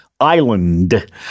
island